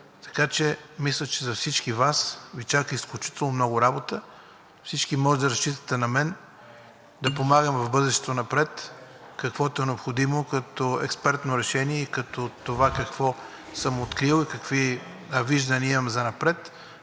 или не. Мисля, че всички Вас Ви чака изключително много работа. Всички можете да разчитате на мен да помагам в бъдещето напред, каквото е необходимо като експертно решение и като това какво съм открил и какви виждания имам занапред.